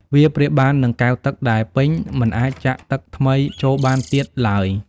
វាប្រៀបបាននឹង កែវទឹកដែលពេញ មិនអាចចាក់ទឹកថ្មីចូលបានទៀតឡើយ។